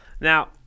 Now